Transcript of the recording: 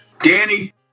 Danny